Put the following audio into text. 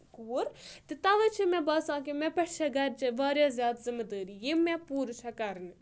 کوٗر تہٕ تَوے چھِ مےٚ باسان کہِ مےٚ پؠٹھ چھےٚ گَرچہِ واریاہ زیادٕ زِمہٕ دٲری یِم مےٚ پوٗرٕ چھےٚ کَرنہِ